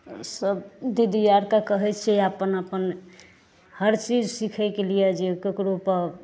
सब दीदी आर कऽ कहैत छियै अपन अपन हर चीज सीखैके लिए जे केकरो पर